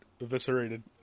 eviscerated